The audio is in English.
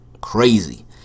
crazy